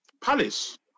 Palace